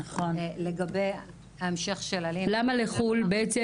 לגבי ההמשך של --- למה לחו"ל בעצם?